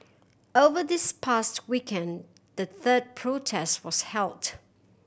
over this past weekend the third protest was held